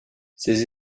ces